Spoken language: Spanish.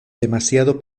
demasiado